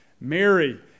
Mary